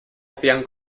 hacían